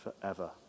forever